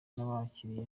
n’abakiliya